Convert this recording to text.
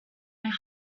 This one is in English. heart